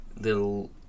little